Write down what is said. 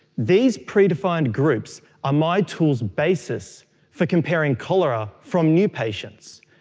these predefined groups are my tool's basis for comparing cholera from new patients.